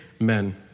amen